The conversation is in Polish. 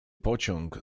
pociąg